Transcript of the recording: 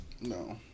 no